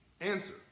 Answer